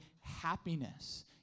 happiness